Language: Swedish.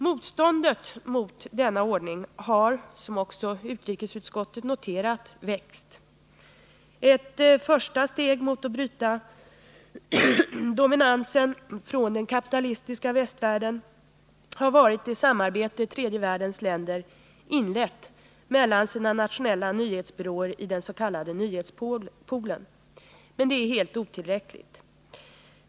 Motståndet mot denna ordning har, som också utrikesutskottet noterat, växt. Ett första steg mot att bryta dominansen från den kapitalistiska västvärlden har varit det samarbete tredje världens länder inlett mellan sina nationella nyhetsbyråer i den s.k. nyhetspoolen. Men det är helt otillräckligt.